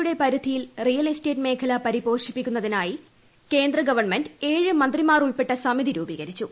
യുടെ പരിധിയിൽ real estate മേഖല പരിപോഷിപ്പി ക്കുന്നതിനായി കേന്ദ്ര ഗവൺമെന്റും മുന്തിമാർ ഉൾപ്പെട്ട സമിതി രൂപീകരിച്ചു